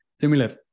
similar